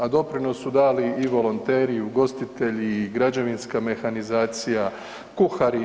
A doprinos su dali i volonteri i ugostitelji i građevinska mehanizacija, kuhari, svi.